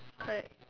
correct